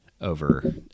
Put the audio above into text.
over